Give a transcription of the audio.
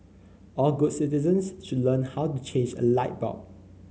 all good citizens should learn how to change a light bulb